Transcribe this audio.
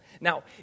Now